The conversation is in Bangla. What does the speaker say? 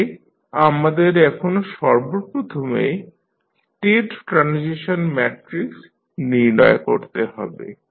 তাহলে আমাদের এখন সর্বপ্রথমে স্টেট ট্রানজিশন ম্যাট্রিক্স নির্ণয় করতে হবে